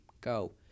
go